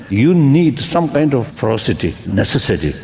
you need some kind of ferocity, necessary,